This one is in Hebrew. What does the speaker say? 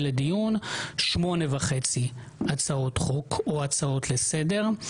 לדיון שמונה וחצי הצעות חוק או הצעות לסדר.